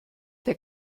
der